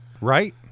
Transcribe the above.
Right